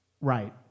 Right